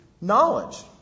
knowledge